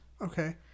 Okay